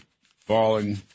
falling